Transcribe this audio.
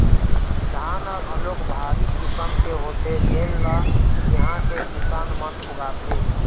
धान ह घलोक भारी किसम के होथे जेन ल इहां के किसान मन उगाथे